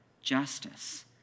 justice